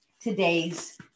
today's